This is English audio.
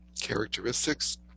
Characteristics